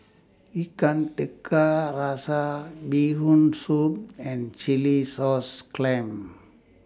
Ikan Tiga Rasa Bee Hoon Soup and Chilli Sauce Clams